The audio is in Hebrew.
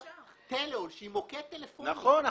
שהיא מוקד טלפוני,